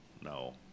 no